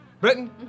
Britain